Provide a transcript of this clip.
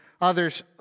Others